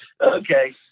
Okay